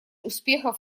успехов